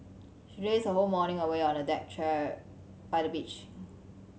she lazed her whole morning away on a deck chair by the beach